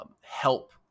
help